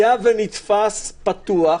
אם נתפס פתוח